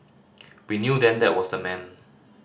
we knew then that was the man